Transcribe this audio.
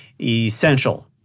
essential